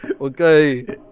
Okay